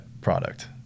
product